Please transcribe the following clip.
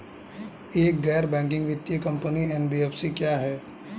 एक गैर बैंकिंग वित्तीय कंपनी एन.बी.एफ.सी क्या है?